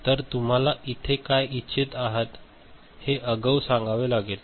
तरतुम्हाला इथे काय इच्छित आहात ते आगाऊ सांगावे लागेल